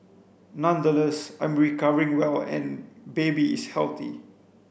nonetheless I am recovering well and baby is healthy